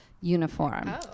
Uniform